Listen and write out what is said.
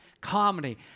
comedy